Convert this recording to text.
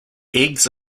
eggs